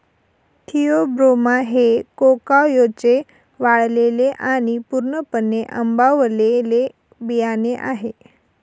Theobroma हे कोकाओचे वाळलेले आणि पूर्णपणे आंबवलेले बियाणे आहे